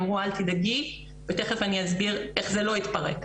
אמרו אל תדאגי ותיכף אני אסביר איך זה לא התפרק,